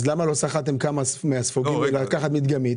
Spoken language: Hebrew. למה לא סחטתם כמה ספוגים כדי לבדוק מדגמית?